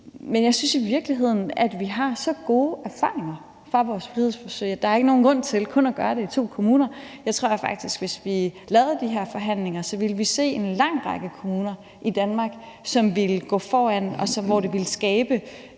Men jeg synes i virkeligheden, at vi har så gode erfaringer fra vores frihedsforsøg, at der ikke er nogen grund til kun at gøre det i to kommuner. Jeg tror faktisk, at hvis vi lavede de her forhandlinger, ville vi se en lang række kommuner i Danmark, som ville gå foran, og hvor det ville skabe